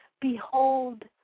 Behold